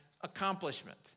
accomplishment